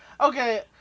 Okay